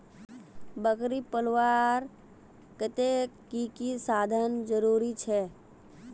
बकरी पलवार केते की की साधन जरूरी छे?